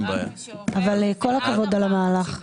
אבל כל הכבוד על המהלך.